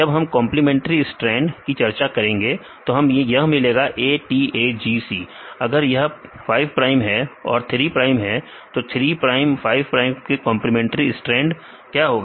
जब हम complementary strand की चर्चा करेंगे तो हमें यह मिलेगा ATAGC अगर यह 5 प्राइम है 3 प्राइम है तो 3 प्राइम 5 प्राइम में कंप्लीमेंट्री स्ट्रैंड क्या होगा